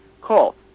Call